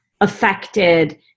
affected